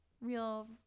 real